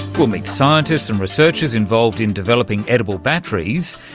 we'll meet scientists and researchers involved in developing edible batteries,